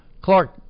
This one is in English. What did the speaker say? Clark